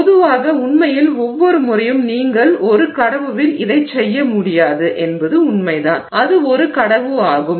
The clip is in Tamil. பொதுவாக உண்மையில் ஒவ்வொரு முறையும் நீங்கள் ஒரு கடவுவில் இதைச் செய்ய முடியாது என்பது உண்மைதான் அது ஒரு கடவு ஆகும்